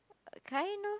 kind of